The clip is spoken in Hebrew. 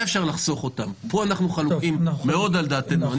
אפשר לחסוך אותם פה אנחנו חלוקים מאוד על דעתנו.